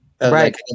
Right